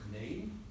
name